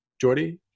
Jordy